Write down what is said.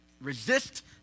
resist